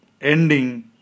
ending